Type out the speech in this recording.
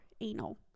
anal